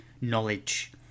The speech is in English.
knowledge